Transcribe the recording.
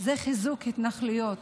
זה חיזוק התנחלויות?